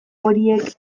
horiek